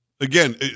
Again